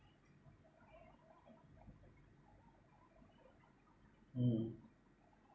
mm